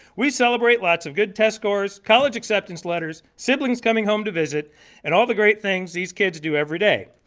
we celebrate lots of good test scores, college acceptance letters, siblings coming home to visit and all the great things these kids do every day.